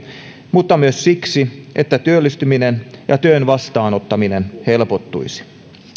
mutta myös siksi että työllistyminen ja työn vastaanottaminen helpottuisivat